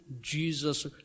Jesus